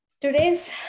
today's